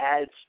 adds